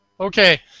Okay